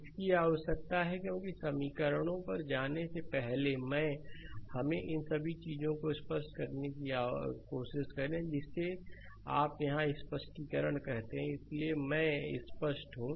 इसकी आवश्यकता है क्योंकि समीकरणों पर जाने से पहले हमें इन सभी चीजों को स्पष्ट करने की कोशिश करें जिसे आप यहाँ स्पष्टीकरण कहते हैं इसलिए मैं स्पष्ट हूँ